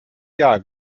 jahr